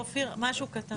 לימור סון הר מלך (עוצמה יהודית): אופיר,